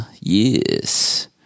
Yes